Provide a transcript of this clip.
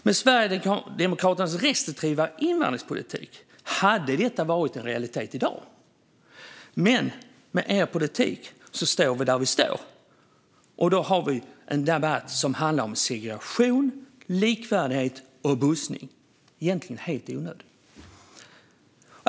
Med Sverigedemokraternas restriktiva invandringspolitik hade detta varit en realitet i dag, men med er politik står vi där vi står. Då har vi en debatt som handlar om segregation, likvärdighet och bussning - egentligen helt i onödan.